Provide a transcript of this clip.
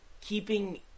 keeping